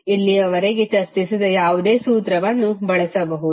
ಇಲ್ಲಿಯವರೆಗೆ ಚರ್ಚಿಸಿದ ಯಾವುದೇ ಸೂತ್ರವನ್ನು ಬಳಸಬಹುದು